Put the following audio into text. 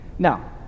Now